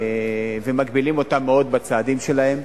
ומגבילים אותן מאוד בצעדים שלהן.